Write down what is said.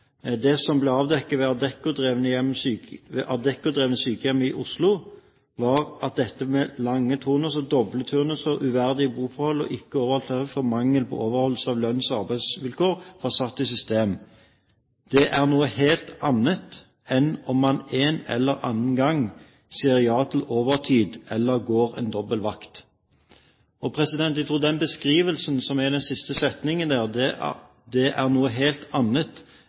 «Det som ble avdekket ved det Adecco-drevne sykehjemmet i Oslo, var at dette med lange turnuser, doble turnuser, uverdige boforhold, ikke overholdt tariff og mangel på overholdelse av lønns- og arbeidsvilkår var satt i system. Det er noe helt annet enn om man en eller annen gang sier ja til overtid eller å gå en dobbel vakt.» Jeg tror den beskrivelsen, den siste setningen der – «Det er noe helt annet